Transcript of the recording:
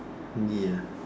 ya